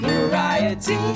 Variety